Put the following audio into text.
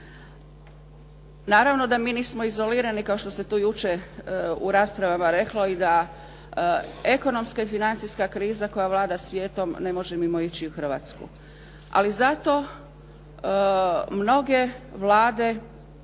Naravno da mi nismo izolirani kao što se tu jučer u raspravama reklo i da ekonomska i financijska kriza koja vlada svijetom ne može mimoići i Hrvatsku. Ali zato mnoge Vlade